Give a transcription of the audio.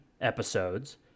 episodes